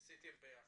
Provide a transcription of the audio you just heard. עשיתם ביחד,